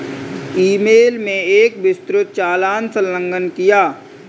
ई mail में एक विस्तृत चालान संलग्न किया है